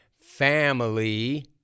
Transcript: family